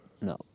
No